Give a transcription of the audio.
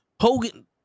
Hogan